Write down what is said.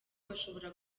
bashobora